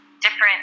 different